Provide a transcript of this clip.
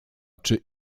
czy